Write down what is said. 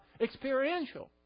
experiential